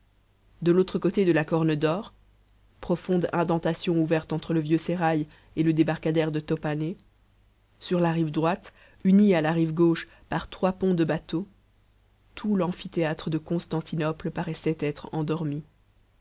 de l'autre côté de la corne dor profonde indentation ouverte entre le vieux sérail et le débarcadère de top hané sur la rive droite unie à la rive gauche par trois ponts de bateaux tout l'amphithéâtre de constantinople paraissait être endormi